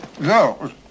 No